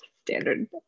standard